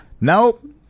Nope